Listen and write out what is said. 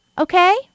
Okay